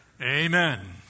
Amen